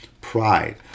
pride